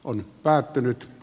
on päättynyt